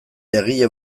egile